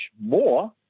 more